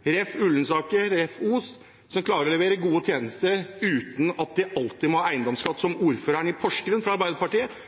jf. Ullensaker, jf. Os, som klarer å levere gode tjenester uten at de alltid må ha eiendomsskatt, slik ordføreren i Porsgrunn, fra Arbeiderpartiet,